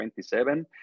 27